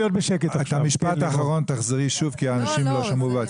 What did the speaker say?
על המשפט האחרון תחזרי שוב, אנשים לא שמעו.